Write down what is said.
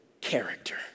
character